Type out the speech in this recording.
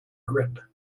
grip